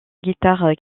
guitare